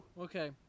okay